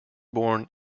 born